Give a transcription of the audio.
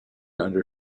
under